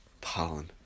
Pollen